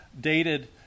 dated